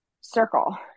circle